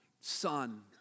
Son